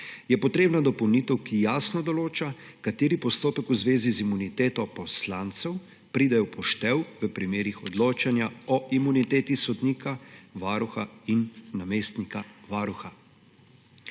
je potrebna dopolnitev, ki jasno določa, kateri postopek v zvezi z imuniteto poslancu pride v poštev v primerih odločanja o imuniteti sodnika, varuha in namestnika varuha.